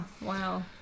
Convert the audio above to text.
Wow